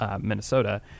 Minnesota